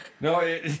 No